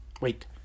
Wait